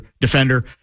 defender